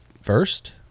First